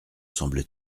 semble